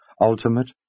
ultimate